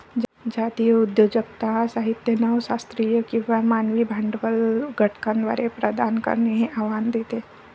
जातीय उद्योजकता साहित्य नव शास्त्रीय किंवा मानवी भांडवल घटकांद्वारे प्रदान करणे हे आव्हान देते